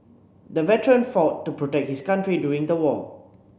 the veteran fought to protect his country during the war